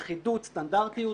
אחידות, סטנדרטיות,